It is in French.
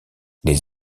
les